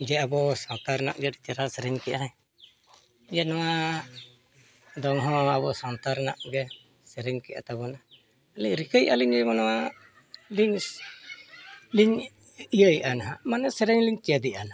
ᱡᱮ ᱟᱵᱚ ᱥᱟᱶᱛᱟ ᱨᱮᱱᱟᱜ ᱜᱮ ᱟᱹᱰᱤ ᱪᱮᱨᱦᱟ ᱥᱮᱨᱮᱧ ᱠᱮᱜ ᱟᱭ ᱱᱮ ᱱᱚᱣᱟ ᱫᱚᱝ ᱦᱚᱸ ᱟᱵᱚ ᱥᱟᱶᱛᱟ ᱨᱮᱱᱟᱜ ᱜᱮ ᱥᱮᱨᱮᱧ ᱠᱮᱜ ᱛᱟᱵᱚᱱᱟ ᱟᱹᱞᱤᱧ ᱨᱤᱠᱟᱹᱭᱮᱜ ᱟᱹᱞᱤᱧ ᱢᱟ ᱱᱚᱣᱟ ᱵᱮᱥ ᱞᱤᱧ ᱤᱭᱟᱹᱭᱮᱜ ᱱᱟᱦᱟᱜ ᱢᱟᱱᱮ ᱥᱮᱨᱮᱧ ᱞᱤᱧ ᱪᱮᱫ ᱮᱜᱼᱟ ᱱᱟᱦᱟᱜ